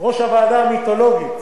אחר כך אני לא אבוא להגיד,